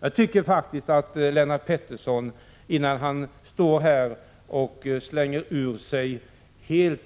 Jag tycker faktiskt att Lennart Pettersson, innan han står här och slänger ur sig helt